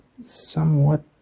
somewhat